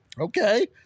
Okay